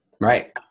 Right